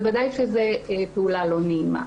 בוודאי שזו פעולה לא נעימה.